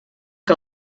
que